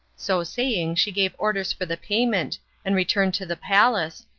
so saying she gave orders for the payment and returned to the palace,